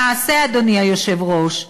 למעשה, אדוני היושב-ראש,